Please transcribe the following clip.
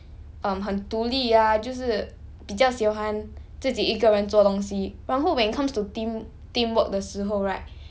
um 很独立呀就是比较喜欢自己一个人做东西然后 when it comes to team teamwork 的时候 right